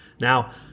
Now